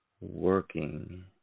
working